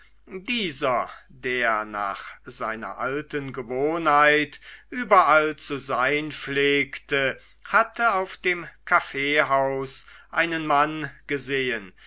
dieser der nach seiner alten gewohnheit überall zu sein pflegte hatte auf dem kaffeehaus einen mann gesehen